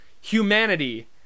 humanity